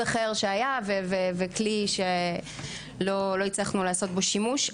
אחר שהיה וכלי שלא הצלחנו לעשות בו שימוש.